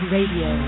Radio